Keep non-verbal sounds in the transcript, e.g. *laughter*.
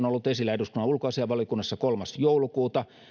*unintelligible* on ollut esillä eduskunnan ulkoasiainvaliokunnassa kolmas joulukuuta